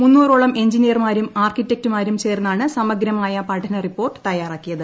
മുന്നൂറോളം എഞ്ചിനീയർമാരും ആർക്കിടെകറ്റുമാരും ചേർന്നാണ് സമഗ്രമായ പഠന റിപ്പോർട്ട് തയ്യാറാക്കിയത്